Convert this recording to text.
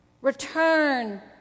Return